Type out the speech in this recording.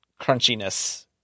crunchiness